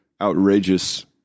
outrageous